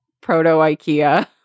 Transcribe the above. proto-Ikea